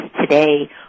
today